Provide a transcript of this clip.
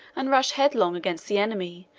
and rush headlong against the enemy,